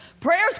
Prayers